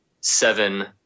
seven